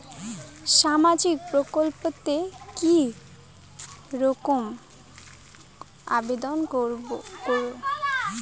সামাজিক প্রকল্পত কি করি আবেদন করিম?